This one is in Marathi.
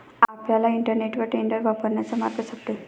आपल्याला इंटरनेटवर टेंडर वापरण्याचा मार्ग सापडेल